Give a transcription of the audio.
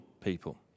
people